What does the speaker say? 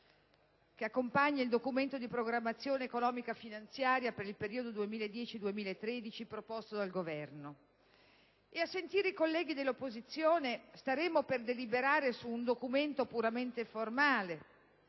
che accompagna il Documento di programmazione economico-finanziaria per il periodo 2010-2013 proposto dal Governo e, a sentire i colleghi dell'opposizione, staremmo per deliberare su un documento puramente formale.